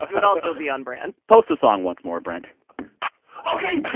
but also be on-brand post the song once more, brent ok,